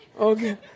Okay